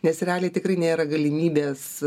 nes realiai tikrai nėra galimybės